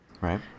Right